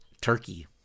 Turkey